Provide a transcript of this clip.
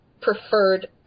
preferred